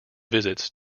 visits